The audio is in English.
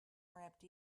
wrapped